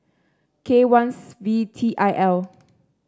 K one V T I L